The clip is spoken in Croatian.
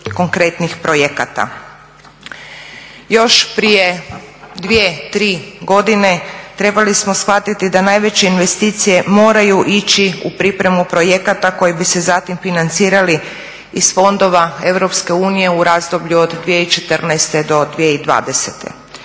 konkretnih projekata. Još prije 2, 3 godine trebali smo shvatiti da najveće investicije moraju ići u pripremu projekata koji bi se zatim financirali iz fondova EU u razdoblju od 2014.-2020.